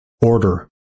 order